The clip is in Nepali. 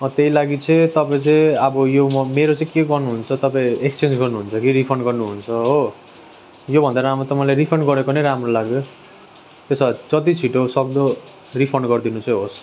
त्यही लागि चाहिँ तपाईँ चाहिँ अब यो म मेरो चाहिँ के गर्नुहुन्छ तपाईँ एक्सचेन्ज गर्नुहुन्छ कि रिफन्ड गर्नुहुन्छ हो यो भन्दा राम्रो त मलाई रिफन्ड गरेको नै राम्रो लाग्छ त्यसो भए जति छिटो सक्दो रिफन्ड गरिदिनु चाहिँ होस्